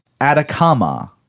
Atacama